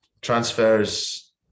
transfers